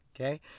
Okay